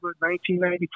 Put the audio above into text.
1994